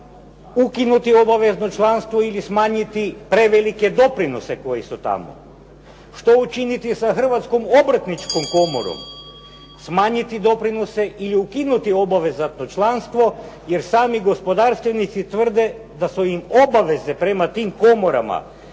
ukinuti obavezno članstvo ili smanjiti prevelike doprinose koji su tamo. Što učiniti sa Hrvatskom obrtničkom komorom, smanjiti doprinose ili ukinuti obavezatno članstvo jer sami gospodarstvenici tvrde da su im obaveze prema tim komorama